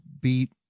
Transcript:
beat